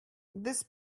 this